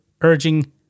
urging